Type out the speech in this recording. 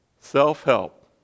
Self-help